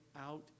out